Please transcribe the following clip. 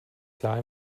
klar